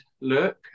look